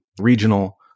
regional